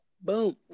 Boom